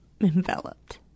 enveloped